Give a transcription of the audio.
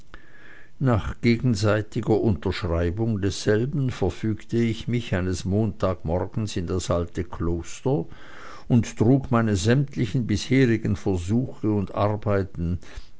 nach gegenseitiger unterschreibung desselben verfügte ich mich eines montagmorgens in das alte kloster und trug meine sämtlichen bisherigen versuche und arbeiten